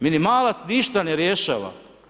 Minimalac ništa ne rješava.